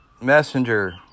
messenger